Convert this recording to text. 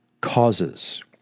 causes